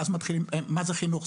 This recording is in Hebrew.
ואז מתחילים: מה זה חינוך?